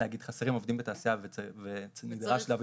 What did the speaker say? שחסרים עובדים בתעשייה ונדרש להביא